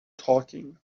talking